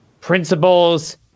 principles